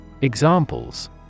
Examples